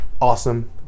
Awesome